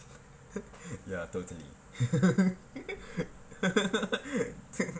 ya totally